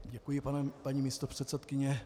Děkuji, paní místopředsedkyně.